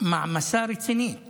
מעמסה רצינית